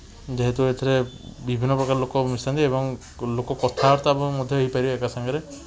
ଯେହେତୁ ଏଥିରେ ବିଭିନ୍ନ ପ୍ରକାର ଲୋକ ମିଶନ୍ତି ଏବଂ ଲୋକ କଥାବାର୍ତ୍ତା ବି ମଧ୍ୟ ହେଇପାରିବେ ଏକାସାଙ୍ଗରେ